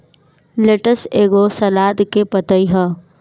lettuce एगो सलाद के पतइ ह